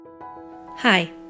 Hi